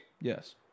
yes